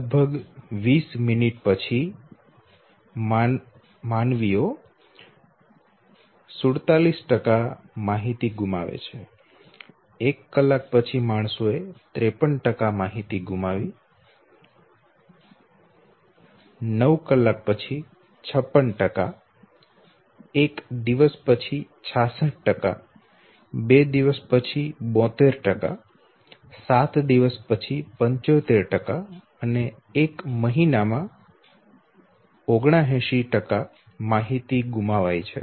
લગભગ ૨૦ મિનીટ પછી માનવીઓ એ 47 માહિતી ગુમાવી 1 કલાક પછી 53 માહિતી ગુમાવી 9 કલાક પછી 56 માહિતી ગુમાવી 1 દિવસ પછી 66 2 દિવસ પછી 72 7 દિવસ પછી 75 અને 1 મહિના પછી 79 માહિતી ગુમાવાય છે